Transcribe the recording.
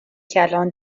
کلان